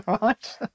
right